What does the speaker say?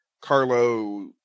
Carlo